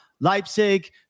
Leipzig